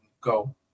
go